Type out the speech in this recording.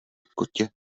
kotě